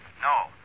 No